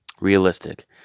Realistic